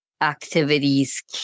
activities